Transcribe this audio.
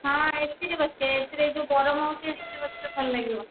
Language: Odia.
ହଁ ଏସି ରେ ବସିବା ହଁ ଏସି ରେ ଯେଉଁ ଗରମ ହେଉଛି ଏସି ରେ ବସିଲେ ଭଲ ଲାଗିବ